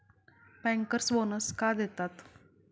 Bankers bonus का देतात?